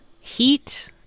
heat